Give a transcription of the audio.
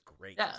great